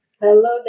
Hello